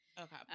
Okay